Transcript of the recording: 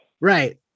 Right